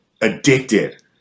addicted